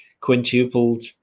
quintupled